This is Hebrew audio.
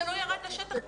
זה לא ירד לשטח בכלל,